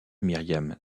myriam